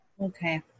okay